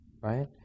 right